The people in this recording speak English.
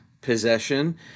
possession